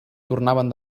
tornaven